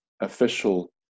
official